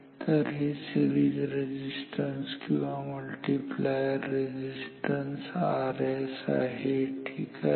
तर हे series resistance किंवा मल्टिप्लायर रेझिस्टन्स Rs आहे ठीक आहे